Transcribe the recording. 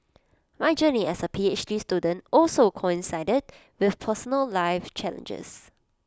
my journey as A P H D student also coincided with personal life challenges